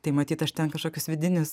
tai matyt aš ten kažkokius vidinius